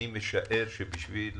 אני משער שבשביל